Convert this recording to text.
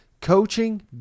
Coaching